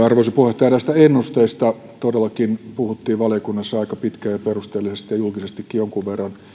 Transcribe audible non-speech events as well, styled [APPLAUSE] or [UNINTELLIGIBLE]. [UNINTELLIGIBLE] arvoisa puheenjohtaja näistä ennusteista todellakin puhuttiin valiokunnassa aika pitkään ja perusteellisesti ja julkisestikin jonkun verran